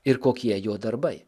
ir kokie jo darbai